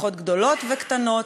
למשפחות גדולות וקטנות,